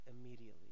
immediately